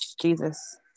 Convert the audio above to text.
Jesus